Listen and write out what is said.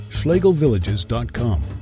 schlegelvillages.com